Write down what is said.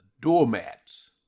doormats